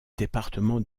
département